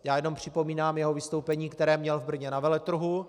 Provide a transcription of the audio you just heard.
Jenom připomínám jeho vystoupení, které měl v Brně na veletrhu.